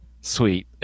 sweet